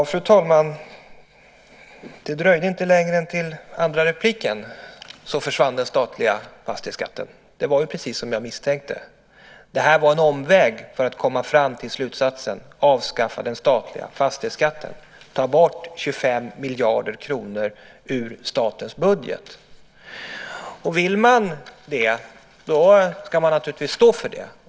Fru talman! Det dröjde inte längre än till andra repliken förrän den statliga fastighetsskatten så att säga försvann. Det var precis vad jag misstänkte. Det här var en omväg för att komma fram till slutsatsen: Avskaffa den statliga fastighetsskatten och ta bort 25 miljarder kronor ur statens budget. Vill man det, ska man naturligtvis stå för det.